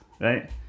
right